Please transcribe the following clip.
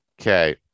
okay